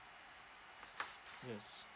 yes